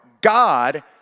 God